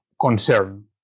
concern